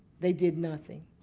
they did nothing.